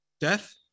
Death